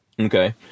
Okay